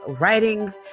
writing